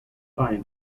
fine